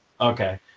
Okay